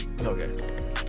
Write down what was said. Okay